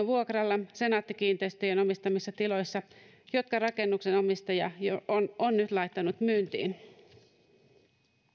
vuokralla senaatti kiinteistöjen omistamissa tiloissa jotka rakennuksen omistaja on on nyt laittanut myyntiin